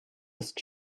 ist